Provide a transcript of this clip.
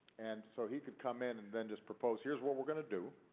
and so he could come in and then just propose, here's what we're going to do.